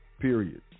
period